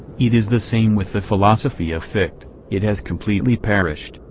it is the same with the philosophy of fichte it has completely perished,